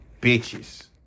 bitches